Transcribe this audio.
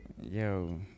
Yo